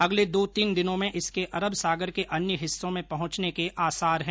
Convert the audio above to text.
अगले दो तीन दिनों में इसके अरब सागर के अन्य हिस्सों में पहुंचने के आसार हैं